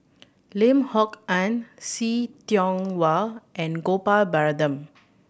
Lim Kok Ann See Tiong Wah and Gopal Baratham